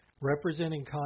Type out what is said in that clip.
representing